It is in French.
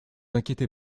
inquiétez